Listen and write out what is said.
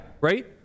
Right